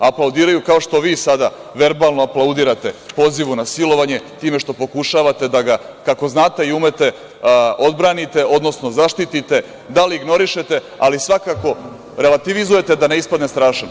Aplaudiraju kao što vi sada verbalno aplaudirate pozivu na silovanje time što pokušavate da ga kako znate i umete odbranite, odnosno zaštite da li ignorišete ali svakako revitalizujete da ne ispadne strašan.